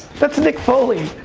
that's mick foley.